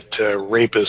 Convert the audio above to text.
rapists